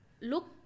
look